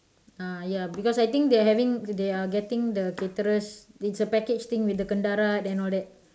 uh ya because I think they are having they are getting the caterers it's a package thing with the kendarat and all that